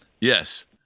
yes